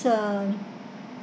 uh